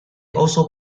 also